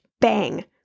Bang